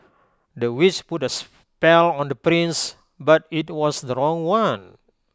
the witch put A spell on the prince but IT was the wrong one